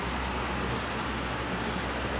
I don't know I think she can eat kambing for like